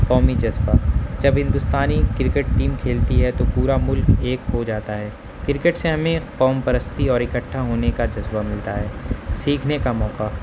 قومی جذبہ جب ہندوستانی کرکٹ ٹیم کھیلتی ہے تو پورا ملک ایک ہو جاتا ہے کرکٹ سے ہمیں قوم پرستی اور اکٹھا ہونے کا جذبہ ملتا ہے سیکھنے کا موقع